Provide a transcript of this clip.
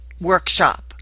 workshop